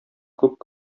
күп